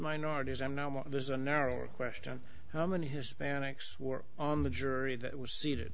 minorities i'm not there's a narrower question how many hispanics were on the jury that was seated